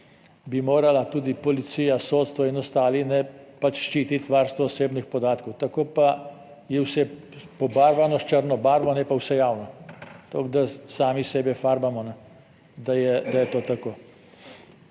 bi morala tudi policija, sodstvo in ostali pač ščititi varstvo osebnih podatkov, tako pa je vse pobarvano s črno barvo, je pa vse javno, toliko da sami sebe farbamo, da je to tako.